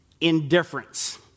indifference